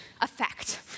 effect